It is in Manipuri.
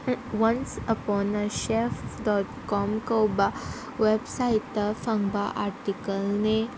ꯋꯥꯟꯆ ꯑꯄꯣꯟ ꯑ ꯆꯦꯐ ꯗꯣꯠ ꯀꯣꯝ ꯀꯧꯕ ꯋꯦꯞꯁꯥꯏꯠꯇ ꯐꯪꯕ ꯑꯥꯔꯇꯤꯀꯜꯅꯤ